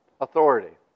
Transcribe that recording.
authority